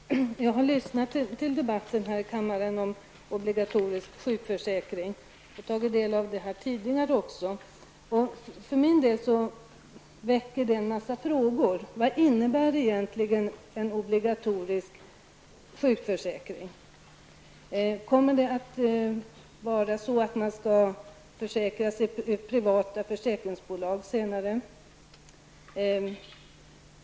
Fru talman! Jag har lyssnat till debatten här i kammaren om obligatorisk sjukförsärking och tagit del av detta även tidigare. För min del väcker detta en mängd frågor. Vad innebär egentligen en obligatorisk sjukförsäkring? Kommer den att innebära att man skall försäkra sig i privata försäkringsbolag senare?